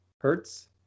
Hertz